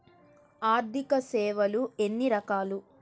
ఆర్థిక సేవలు ఎన్ని రకాలు?